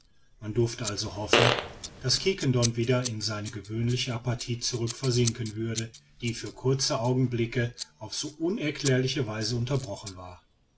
man durfte also hoffen daß quiquendone wieder in seine gewöhnliche apathie zurück versinken würde die für kurze augenblicke auf so unerklärliche weise unterbrochen war